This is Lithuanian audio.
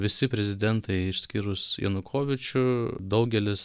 visi prezidentai išskyrus janukovyčių daugelis